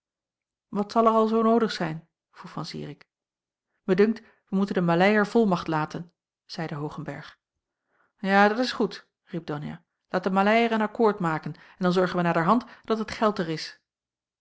wat zal er al zoo noodig zijn vroeg van zirik mij dunkt wij moeten den maleier volmacht laten zeide hoogenberg ja dat is goed riep donia laat de maleier een akkoord maken en dan zorgen wij naderhand dat het geld er is